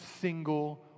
single